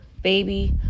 Baby